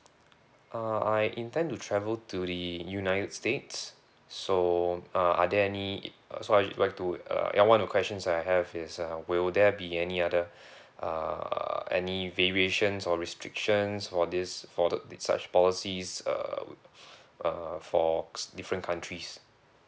uh I intend to travel to the united states so uh are there any it uh so I'd like to uh one of the questions that I have is uh will there be any other err any variations or restrictions for this for the this such policy is err uh for different countries